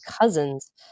cousins